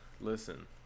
Listen